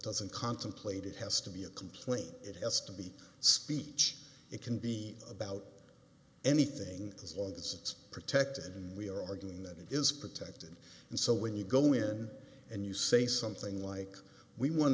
doesn't contemplate it has to be a complaint it has to be speech it can be about anything as long as it's protected and we're arguing that it is protected and so when you go in and you say something like we want